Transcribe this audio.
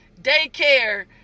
daycare